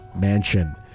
mansion